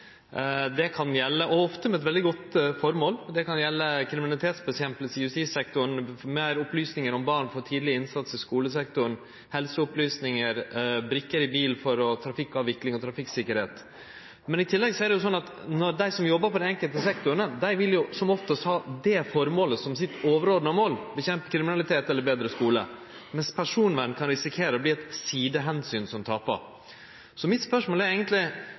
ofte med eit veldig godt føremål. Det kan gjelde kamp mot kriminalitet i justissektoren, meir opplysningar om barn når det gjeld tidleg innsats i skulesektoren, helseopplysningar og brikker i bil for trafikkavvikling og trafikksikkerheit. Men i tillegg er det sånn at dei som jobbar i dei enkelte sektorane, vil som oftast ha det føremålet som sitt overordna mål – å kjempe mot kriminalitet eller betre skule – mens personvern kan risikere å verte eit sideomsyn som tapar. Så mitt spørsmål er eigentleg: